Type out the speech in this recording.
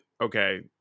okay